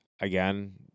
again